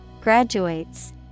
Graduates